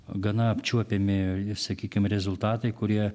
gana apčiuopiami sakykim rezultatai kurie